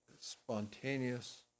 spontaneous